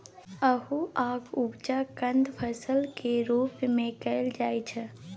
अल्हुआक उपजा कंद फसल केर रूप मे कएल जाइ छै